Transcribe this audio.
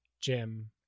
Jim